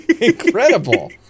Incredible